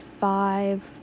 five